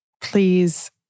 please